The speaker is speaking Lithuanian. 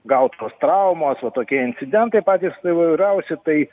gautos traumos o tokie incidentai patys įvairiausi tai